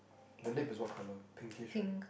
the lab is what colour pinkish right